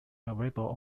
available